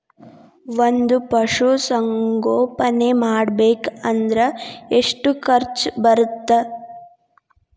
ಒಂದ್ ಪಶುಸಂಗೋಪನೆ ಮಾಡ್ಬೇಕ್ ಅಂದ್ರ ಎಷ್ಟ ಖರ್ಚ್ ಬರತ್ತ?